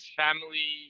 family